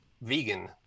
Vegan